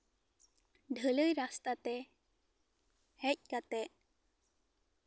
ᱰᱷᱟᱹᱞᱟᱭ ᱨᱟᱥᱛᱟᱛᱮ ᱦᱮᱡ ᱠᱟᱛᱮᱜ